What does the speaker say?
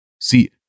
See